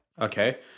okay